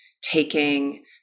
taking